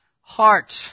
heart